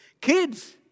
Kids